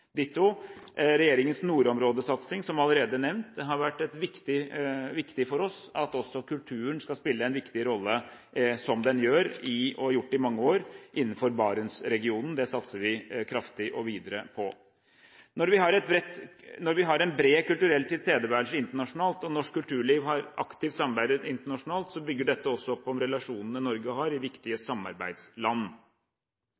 For regjeringens nordområdesatsing har det, som allerede nevnt, vært viktig at også kulturen skal spille en viktig rolle – som den gjør og har gjort i mange år – innenfor Barentsregionen. Det satser vi kraftig på videre. Når vi har en bred kulturell tilstedeværelse internasjonalt, og norsk kulturliv har aktivt samarbeidet internasjonalt, bygger dette også opp om relasjonene Norge har i viktige